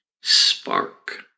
spark